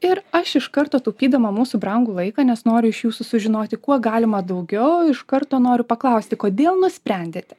ir aš iš karto taupydama mūsų brangų laiką nes noriu iš jūsų sužinoti kuo galima daugiau iš karto noriu paklausti kodėl nusprendėte